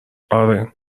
آره